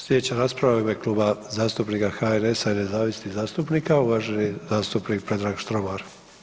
Slijedeća rasprava je u ime Kluba zastupnika HNS-a u nezavisnih zastupnika, uvaženi zastupnik Predrag Štromar.